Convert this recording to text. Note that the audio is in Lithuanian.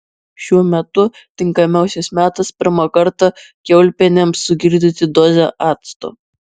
šiuo metu tinkamiausias metas pirmą kartą kiaulpienėms sugirdyti dozę acto